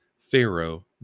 Pharaoh